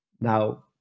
Now